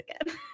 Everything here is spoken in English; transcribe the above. again